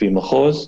לפי מחוז.